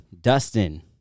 Dustin